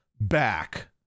back